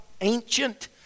ancient